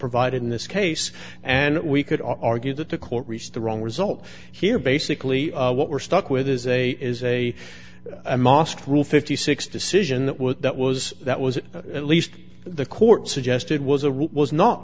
provided in this case and we could argue that the court reached the wrong result here basically what we're stuck with is a is a mosque rule fifty six dollars decision that was that was that was at least the court suggested was a route was not